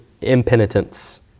impenitence